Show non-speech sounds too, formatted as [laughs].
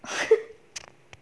[laughs]